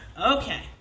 okay